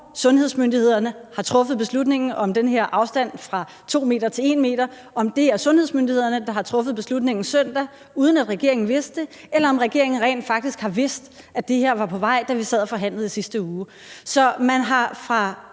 sundhedsmyndighederne har truffet beslutning om den her afstand – fra 2 m til 1 m – og om det er sundhedsmyndighederne, der har truffet beslutningen søndag, uden at regeringen vidste det, eller om regeringen rent faktisk har vidst, at det her var på vej, da vi sad og forhandlede i sidste uge. Så man har fra